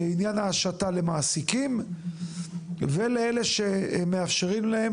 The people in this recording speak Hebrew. לעניין ההשטה למעסיקים ואלה שמאפשרים להם